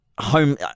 home